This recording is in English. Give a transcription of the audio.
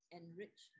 enrich